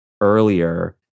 earlier